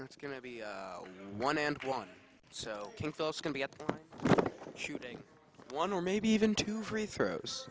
it's going to be one and one so i think those can be up shooting one or maybe even two free throws